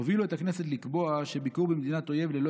הובילו את הכנסת לקבוע שביקור במדינת אויב ללא